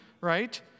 right